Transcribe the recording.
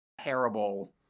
terrible